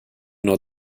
nur